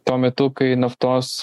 tuo metu kai naftos